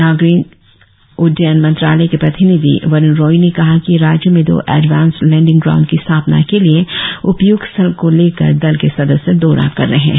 नागरिक उड्डयन मंत्रालय के प्रतिनिधि वरुण राय ने कहा कि राज्य में दो एडवांस लैंडिंग ग्राउंड की स्थापना के लिए उपय्क्त स्थल को लेकर दल के सदस्य दौरा कर रहे है